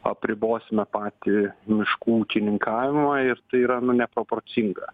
apribosime patį miškų ūkininkavimą ir tai yra nu neproporcinga